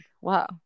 wow